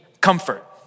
comfort